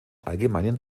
allgemeinen